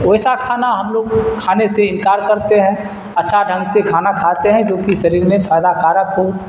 ویسا کھانا ہم لوگ کھانے سے انکار کرتے ہیں اچھا ڈھنگ سے کھانا کھاتے ہیں جوکہ شریر میں فائدہ کارک ہو